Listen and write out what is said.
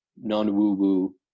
non-woo-woo